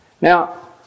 Now